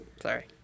Sorry